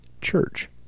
church